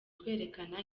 kwerekana